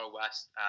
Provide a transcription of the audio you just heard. west